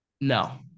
no